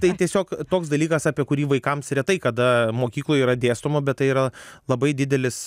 tai tiesiog toks dalykas apie kurį vaikams retai kada mokykloj yra dėstoma bet tai yra labai didelis